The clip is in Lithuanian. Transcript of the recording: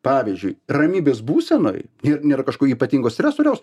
pavyzdžiui ramybės būsenoj ir nėra kažko ypatingo stresoriaus